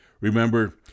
Remember